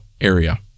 area